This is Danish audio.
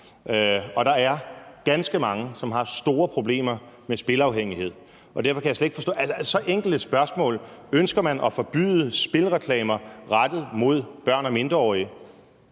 Og der er ganske mange, som har store problemer med spilafhængighed. Derfor kan jeg slet ikke forstå det svære i så enkelt et spørgsmål: Ønsker man at forbyde spilreklamer rettet mod børn og mindreårige?